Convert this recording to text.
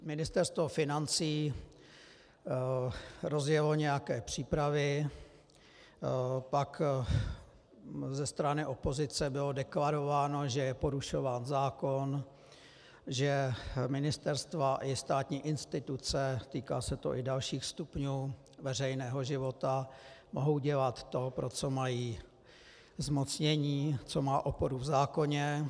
Ministerstvo financí rozjelo nějaké přípravy, pak ze strany opozice bylo deklarováno, že je porušován zákon, že ministerstva i státní instituce, týká se to i dalších stupňů veřejného života, mohou dělat to, pro co mají zmocnění, co má oporu v zákoně.